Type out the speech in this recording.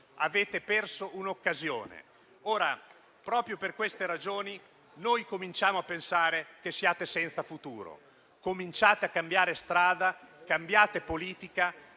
avete perso un'occasione. Ora, proprio per queste ragioni, cominciamo a pensare che siate senza futuro: cominciate a cambiare strada, cambiate politica